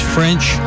French